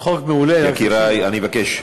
יקירי, אני מבקש.